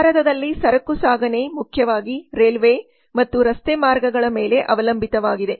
ಭಾರತದಲ್ಲಿ ಸರಕು ಸಾಗಣೆ ಮುಖ್ಯವಾಗಿ ರೈಲ್ವೆ ಮತ್ತು ರಸ್ತೆಮಾರ್ಗಗಳ ಮೇಲೆ ಅವಲಂಬಿತವಾಗಿದೆ